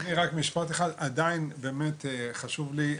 אני רק משפט אחד, עדיין באמת חשוב לי להסביר.